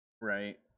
Right